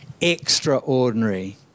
extraordinary